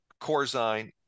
Corzine